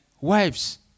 wives